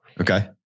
Okay